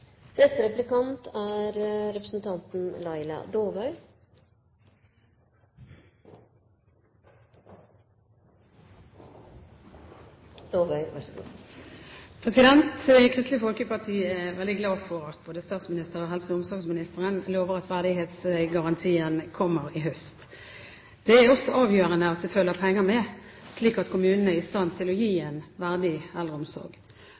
Kristelig Folkeparti er veldig glad for at både statsministeren og helse- og omsorgsministeren lover at verdighetsgarantien kommer i høst. Det er også avgjørende at det følger penger med, slik at kommunene er i stand til å gi en verdig eldreomsorg.